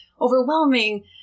overwhelming